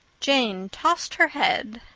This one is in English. jane tossed her head.